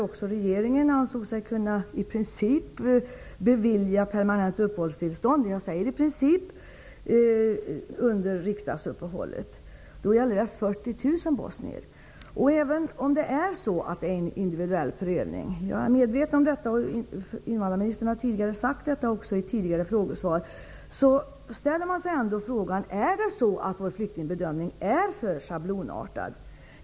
Också regeringen ansåg sig i princip kunna bevilja permanenta uppehållstillstånd -- jag säger i princip -- under riksdagsuppehållet då det gällde Jag är medveten om att det görs en individuell prövning. Invandrarministern har sagt det i tidigare frågesvar, men ändå ställer man sig frågan: Är vår flyktingbedömning för schablonartad?